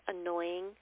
annoying